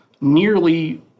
nearly